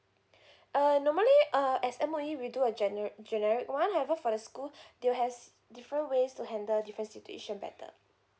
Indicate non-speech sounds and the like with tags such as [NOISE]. [BREATH] uh normally uh as M_O_E we do a gener~ generate one however for the school [BREATH] they all has different ways to handle different situation better